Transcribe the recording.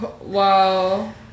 Wow